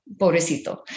pobrecito